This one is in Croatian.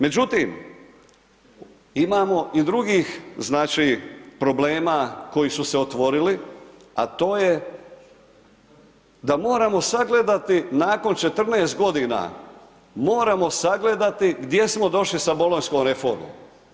Međutim, imamo i drugih problema koji su se otvorili a to je da moramo sagledati nakon 14 g., moramo sagledati gdje smo došli sa bolonjskom reformom.